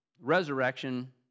resurrection